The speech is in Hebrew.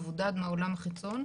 מבודד מהעולם החיצון,